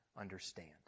understand